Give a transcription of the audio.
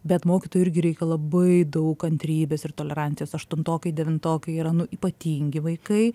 bet mokytojui irgi reikia labai daug kantrybės ir tolerancijos aštuntokai devintokai yra nu ypatingi vaikai